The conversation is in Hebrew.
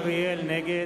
(קורא בשמות חברי הכנסת) אורי אריאל, נגד